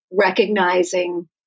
recognizing